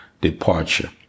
departure